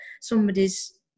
somebody's